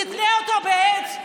תתלה אותו על עץ?